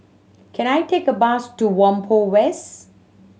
can I take a bus to Whampoa West